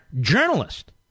journalist